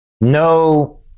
no